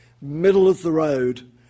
middle-of-the-road